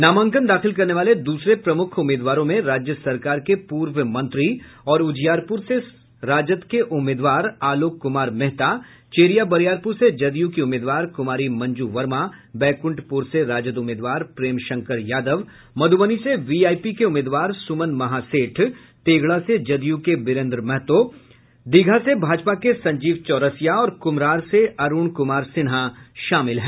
नामांकन दाखिल करने वाले दूसरे प्रमुख उम्मीदवारों में राज्य सरकार के पूर्व मंत्री और उजियारपुर से राजद के उम्मीदवार आलोक कुमार मेहता चेरिया बरियारपुर से जदयू के उम्मीदवार कुमारी मंजू वर्मा बैंकुंठपुर से राजद उम्मीदवार प्रेम शंकर यादव मध्रबनी से वीआईपी के उम्मीदवार सुमन महासेठ तेघड़ा से जदयू के बीरेन्द्र महतो दीघा से भाजपा के संजीव चौरसिया और कुम्हरार से अरूण कुमार सिन्हा शामिल हैं